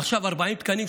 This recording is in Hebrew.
עכשיו 40 תקנים,